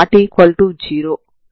అందువల్ల u2tξ c అవుతుంది సరేనా